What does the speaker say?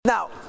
Now